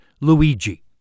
Luigi